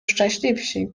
szczęśliwsi